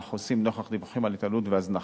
חוסים נוכח דיווחים על התעללות והזנחה.